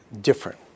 different